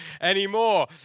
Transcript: anymore